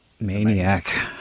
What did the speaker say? maniac